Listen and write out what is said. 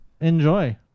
enjoy